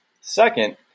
Second